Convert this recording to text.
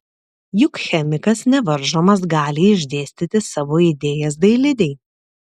juk chemikas nevaržomas gali išdėstyti savo idėjas dailidei